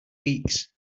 weeks